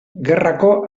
gerrako